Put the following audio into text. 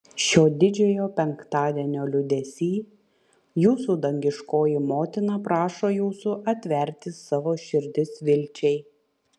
šio didžiojo penktadienio liūdesy jūsų dangiškoji motina prašo jūsų atverti savo širdis vilčiai